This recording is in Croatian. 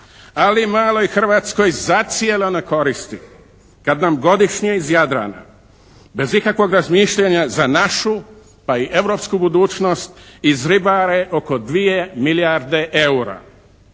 ali maloj Hrvatskoj zacijelo ne koristi kad nam godišnje iz Jadrana bez ikakvog razmišljanja za našu pa i europsku budućnost izribare oko 2 milijarde eura.